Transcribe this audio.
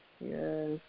Yes